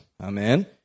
Amen